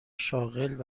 شاغل